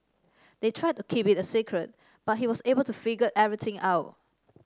they tried to keep it a secret but he was able to figure everything out